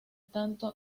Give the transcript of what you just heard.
tanto